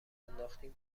انداختین